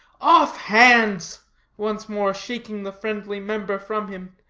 off hands once more shaking the friendly member from him.